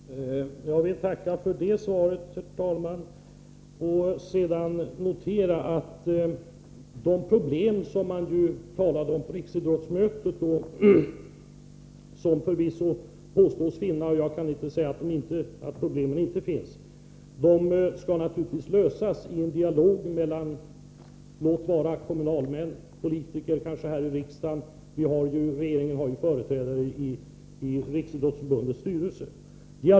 Herr talman! Jag vill tacka för svaret. Jag noterar att de problem som man På riksidrottsmötet påstod skulle finnas — och jag kan inte säga att problemen inte finns — naturligtvis skall lösas i en dialog mellan kommunalmän, politiker och kanske riksdagsmän. Regeringen har ju också företrädare i Riksidrottsförbundets styrelse.